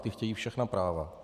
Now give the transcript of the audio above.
Ti chtějí všechna práva.